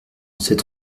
cet